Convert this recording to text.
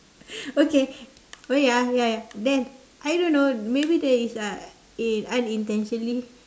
okay oh ya ya then I don't know maybe there is uh eh unintentionally